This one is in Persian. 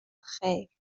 خیر